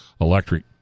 electric